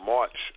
March